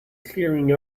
clearing